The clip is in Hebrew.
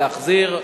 להחזיר,